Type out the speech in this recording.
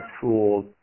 tools